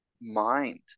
mind